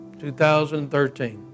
2013